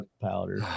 powder